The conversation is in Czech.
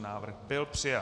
Návrh byl přijat.